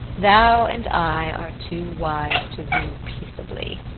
thou and i are too wise to woo peaceably.